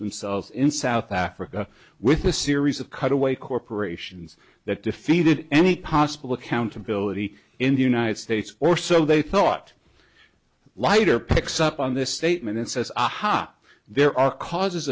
themselves in south africa with a series of cutaway corporations that defeated any possible accountability in the united states or so they thought the lighter picks up on this statement and says aha there are causes